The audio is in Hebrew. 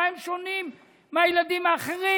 במה הם שונים מהילדים האחרים?